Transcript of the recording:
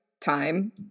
time